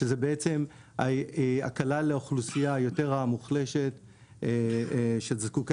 שזה בעצם הקלה לאוכלוסייה יותר המוחלשת שזקוקה